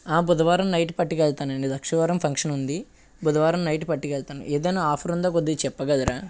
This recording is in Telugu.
బుధవారం నైట్ పట్టుకువెళ్తానండి బేస్తవారం ఫంక్షన్ ఉంది బుధవారం నైట్ పట్టుకవెళ్తాను ఏదైనా ఆఫర్ ఉందా కొద్దిగా చెప్పగలరా